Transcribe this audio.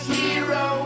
hero